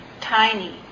tiny